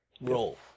roll